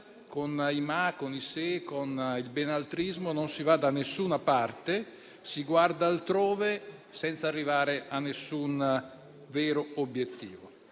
con i ma, con i se, con il benaltrismo, non si va da nessuna parte, si guarda altrove senza arrivare a nessun vero obiettivo.